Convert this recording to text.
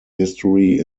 history